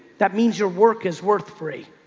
that means your work is worth free.